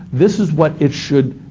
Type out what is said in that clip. this is what it should.